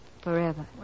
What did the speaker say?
Forever